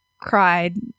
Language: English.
cried